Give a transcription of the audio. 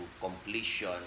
completion